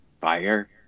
fire